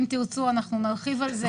אם תרצו אנחנו נרחיב בנושא.